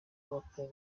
kubaka